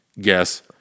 guess